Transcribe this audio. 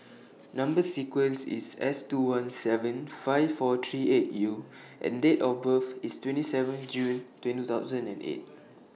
Number sequence IS S two one seven five four three eight U and Date of birth IS twenty seven June two thousand and eight